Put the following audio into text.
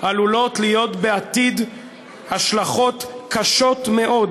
עלולות להיות בעתיד השלכות קשות מאוד.